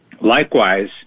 Likewise